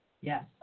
Yes